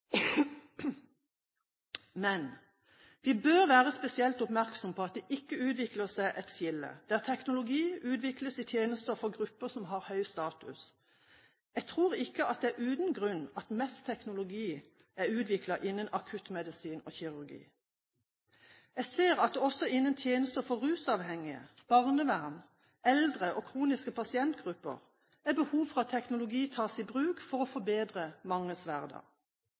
Men: Vi bør være spesielt oppmerksomme på at det ikke utvikler seg et skille, der teknologi utvikles i tjenester og for grupper som har høy status. Jeg tror ikke det er uten grunn at mest teknologi er utviklet innen akuttmedisin og kirurgi. Jeg ser at det også innen tjenester for rusavhengige, barnevern, eldre og kroniske pasientgrupper er behov for at teknologi tas i bruk for å forbedre manges hverdag.